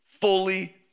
fully